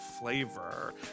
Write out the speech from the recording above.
flavor